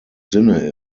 sinne